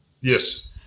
Yes